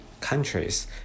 countries